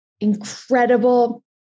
incredible